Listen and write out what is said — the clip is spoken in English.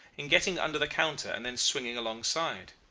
in getting under the counter and then swinging alongside.